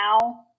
now